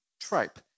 tripe